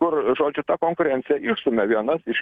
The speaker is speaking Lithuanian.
kur žodžiu ta konkurencija išstumia vienas iš